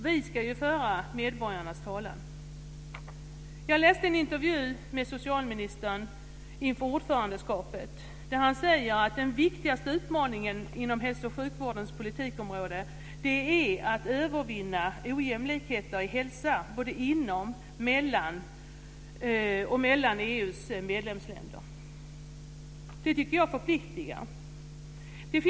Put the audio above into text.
Vi ska ju föra medborgarnas talan. Jag läste en intervju med socialministern inför ordförandeskapet där han säger att "den viktigaste utmaningen inom hälso och sjukvårdens politikområde är att övervinna ojämlikheter i hälsa både inom och mellan EU:s medlemsländer". Det tycker jag förpliktigar.